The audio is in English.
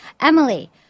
Emily